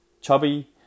chubby